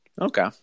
Okay